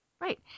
Right